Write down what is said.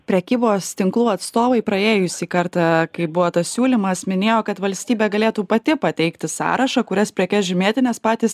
prekybos tinklų atstovai praėjusį kartą kai buvo tas siūlymas minėjo kad valstybė galėtų pati pateikti sąrašą kurias prekes žymėti nes patys